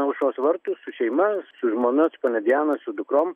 nuo aušros vartų su šeima su žmona su ponia diana su dukrom